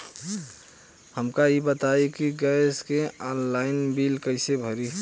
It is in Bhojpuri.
हमका ई बताई कि गैस के ऑनलाइन बिल कइसे भरी?